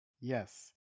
Yes